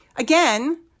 Again